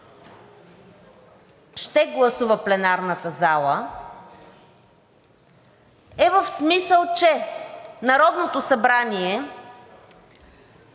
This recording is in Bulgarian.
ще гласува пленарната зала е в смисъл, че Народното събрание